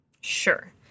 Sure